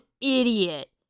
idiot